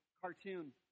cartoon